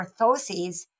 orthoses